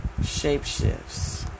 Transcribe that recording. shapeshifts